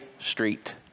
street